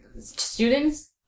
students